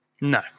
No